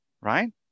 right